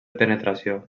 penetració